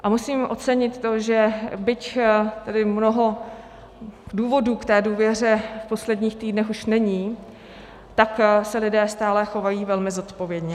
A musím ocenit to, že byť mnoho důvodů k té důvěře v posledních týdnech už není, tak se lidé stále chovají velmi zodpovědně.